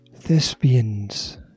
Thespians